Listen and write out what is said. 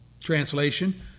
Translation